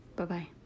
Bye-bye